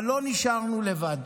אבל לא נשארנו לבד.